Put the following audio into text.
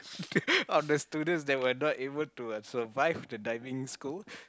of the students that were not able to uh survive the diving school